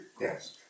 Yes